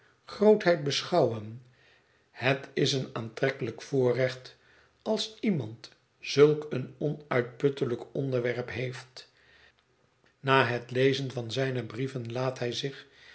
grootheid beschouwen het is een aanmerkelijk voorrecht als iemand zulk een onuitputtelijk onderwerp heeft na het lezen van zijne brieven laat hij zich